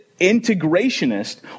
integrationist